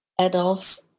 adults